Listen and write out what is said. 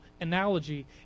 analogy